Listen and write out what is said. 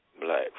Black